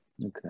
Okay